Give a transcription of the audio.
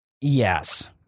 Yes